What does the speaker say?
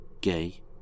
gay